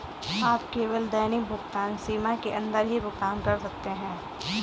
आप केवल दैनिक भुगतान सीमा के अंदर ही भुगतान कर सकते है